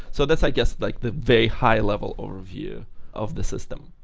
so that's i guess like the very high level overview of the system.